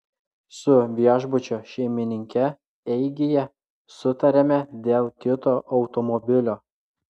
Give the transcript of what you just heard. su viešbučio šeimininke eigyje sutarėme dėl kito automobilio